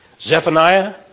Zephaniah